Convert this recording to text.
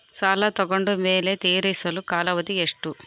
ಸಾಲ ತಗೊಂಡು ಮೇಲೆ ತೇರಿಸಲು ಕಾಲಾವಧಿ ಎಷ್ಟು?